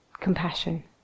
compassion